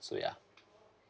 so yeah